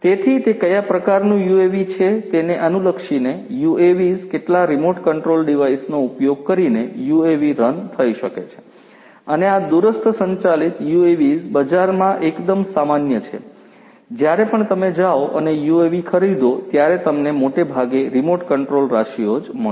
તેથી તે કયા પ્રકારનું યુએવી છે તેની અનુલક્ષીને UAVs કેટલાક રીમોટ કંટ્રોલ ડિવાઇસનો ઉપયોગ કરીને યુએવી રન થઈ શકે છે અને આ દૂરસ્થ સંચાલિત UAVs બજારમાં એકદમ સામાન્ય છે જ્યારે પણ તમે જાઓ અને યુએવી ખરીદો ત્યારે તમને મોટે ભાગે રીમોટ કંટ્રોલ રાશિઓ જ મળશે